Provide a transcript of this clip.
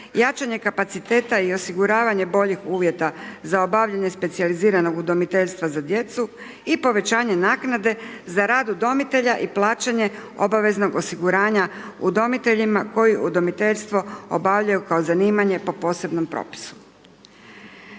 jačanje kapaciteta i osiguravanje boljih uvjeta za obavljanje specijaliziranog udomiteljstva za djecu i povećanje naknade za rad udomitelja i plaćanje obaveznog osiguranja udomiteljima koji udomiteljstvo obavljaju kao zanimanje po posebnom propisu.